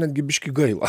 netgi biškį gaila